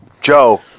Joe